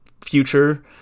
future